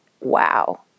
wow